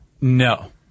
No